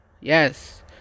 Yes